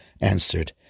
answered